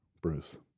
Bruce